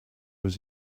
was